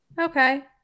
Okay